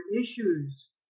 issues